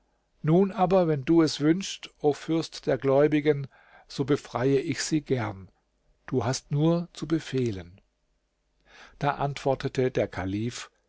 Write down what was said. nun aber wenn du es wünschst o fürst der gläubigen so befreie ich sie gern du hast nur zu befehlen da antwortete der kalif